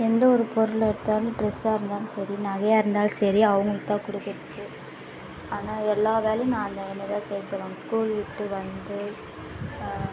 எந்த ஒரு பொருள் எடுத்தாலும் ட்ரெஸ்ஸாக இருந்தாலும் சரி நகையாக இருந்தாலும் சரி அவங்களுக்கு தான் கொடுக்குறதுக்கு ஆனால் எல்லா வேலையும் நான் தான் என்னையை தான் செய்ய சொல்லுவாங்க ஸ்கூல் விட்டு வந்து